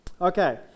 Okay